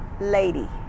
lady